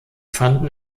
fanden